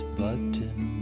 button